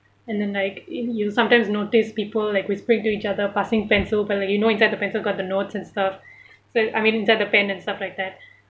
and then like you you sometimes notice people like whispering to each other passing pencil but you know inside the pencil got the notes and stuff so I mean inside the pen of stuff like that